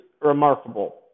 remarkable